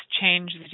change